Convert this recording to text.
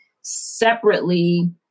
separately